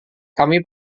kami